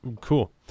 Cool